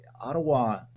Ottawa